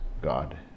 God